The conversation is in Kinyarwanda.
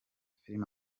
film